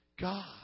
God